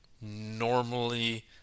normally